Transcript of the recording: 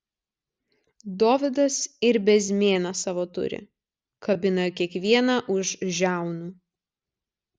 dovydas ir bezmėną savo turi kabina kiekvieną už žiaunų